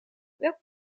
welk